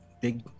big